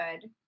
good